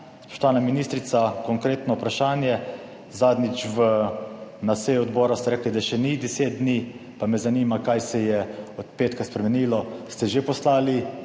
Spoštovana ministrica, konkretno vprašanje, zadnjič na seji odbora ste rekli, da še ni 10 dni, pa me zanima, kaj se je od petka spremenilo. Ste že poslali?